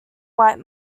white